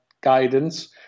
guidance